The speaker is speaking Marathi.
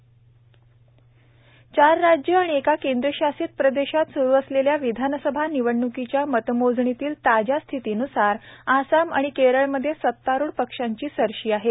विधानसभा निवडण्क चार राज्य आणि एका केंद्र शासित प्रदेशात सुरु असलेल्या विधानसभा निवडण्कीच्या मतमोजणीतील ताज्या स्थितीतीन्सार आसाम आणि केरळमध्ये सत्तारुढ पक्षांची सरसी झाली आहे